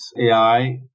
AI